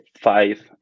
five